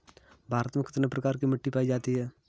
भारत में कितने प्रकार की मिट्टी पाई जाती है?